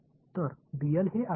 ஆமாம் எனவே இது dl